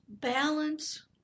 balance